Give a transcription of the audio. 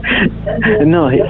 No